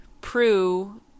Prue